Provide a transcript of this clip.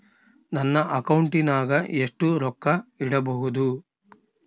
ನನ್ನ ಅಕೌಂಟಿನಾಗ ಎಷ್ಟು ರೊಕ್ಕ ಇಡಬಹುದು?